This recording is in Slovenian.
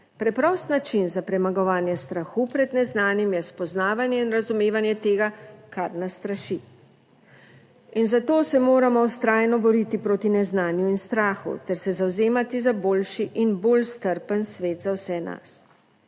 Preprost način za premagovanje strahu pred neznanim, je spoznavanje in razumevanje tega, kar nas straši." in za to se moramo vztrajno boriti proti neznanju in strahu ter se zavzemati za boljši in bolj strpen svet za vse nas.